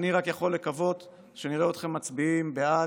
אני רק יכול לקוות שנראה אתכם מצביעים בעד